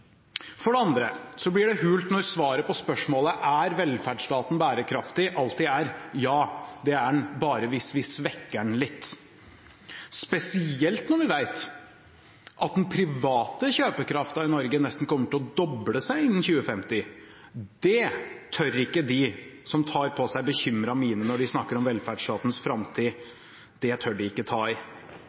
For det andre blir det hult når svaret på spørsmålet om velferdsstaten er bærekraftig, alltid er ja, det er den, bare vi svekker den litt – spesielt når vi vet at den private kjøpekraften i Norge nesten kommer til å doble seg innen 2050. Det tør ikke de som tar på seg bekymret mine når de snakker om velferdsstatens framtid, å ta i.